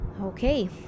Okay